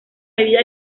bebida